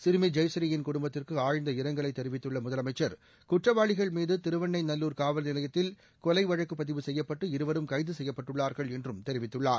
சிறுமி ஜெயஸ்ரீயின் குடும்பத்திற்கு ஆழ்ந்த இரங்கலை தெரிவித்துள்ள முதலமைச்சா குற்றவாளிகள் மீது திருவெண்ணநல்லூர் காவல் நிலையத்தில் கொலை வழக்குப்பதிவு செய்யப்பட்டு இருவரும் கைது செய்யப்பட்டுள்ளார்கள் என்றும் தெரிவித்துள்ளார்